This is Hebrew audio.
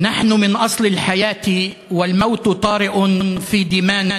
החקלאים הפכו להיות